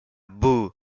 boue